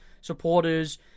supporters